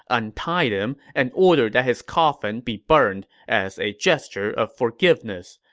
untied him, and ordered that his coffin be burned as a gesture of forgiveness.